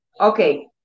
Okay